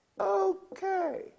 Okay